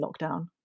lockdown